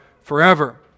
forever